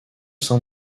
sein